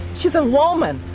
she's a woman,